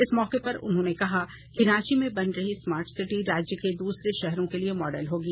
इस मौके पर उन्होंने कहा कि रांची में बन रही स्मार्टसिटी राज्य के दूसरे शहरो के लिए मॉडल होगा